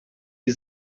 die